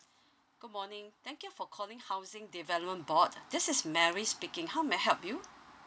good morning thank you for calling housing development board this is mary speaking how may I help you